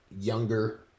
younger